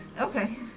Okay